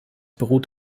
beruht